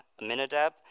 Aminadab